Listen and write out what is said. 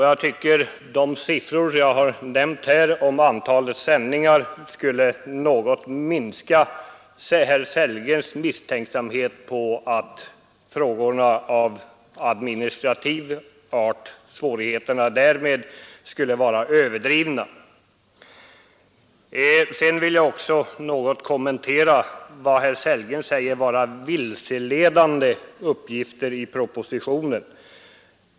Jag tycker att de siffror jag nu nämnt om antalet sändningar borde dämpa herr Sellgrens misstänksamhet mot att de administrativa svårigheterna skulle vara överdrivna. Sedan vill jag också något kommentera det som herr Sellgren säger vara vilseledande i propositionen.